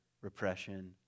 repression